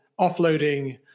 offloading